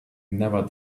never